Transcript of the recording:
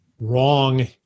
wrong